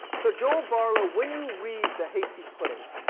so joel barlow when you read the hasty pudding,